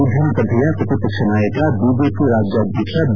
ವಿಧಾನಸಭೆ ಪ್ರತಿಪಕ್ಷ ನಾಯಕ ಬಿಜೆಪಿ ರಾಜ್ಯಾಧ್ವಕ್ಷ ಬಿ